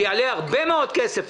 שיעלה הרבה מאוד כסף,